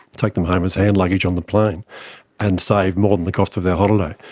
take them home as hand luggage on the plane and save more than the cost of their holiday.